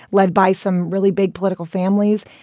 led by some really big political families.